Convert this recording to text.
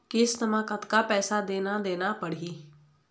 किस्त म कतका पैसा देना देना पड़ही?